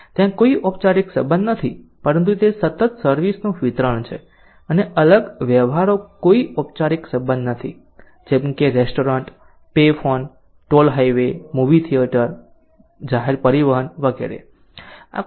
ત્યાં કોઈ ઓપચારિક સંબંધ નથી પરંતુ તે સતત સર્વિસ નું વિતરણ છે અને અલગ વ્યવહારો કોઈ ઓપચારિક સંબંધ નથી જેમ કે restaurant pay phone toll highway movie theatre જાહેર પરિવહન વગેરે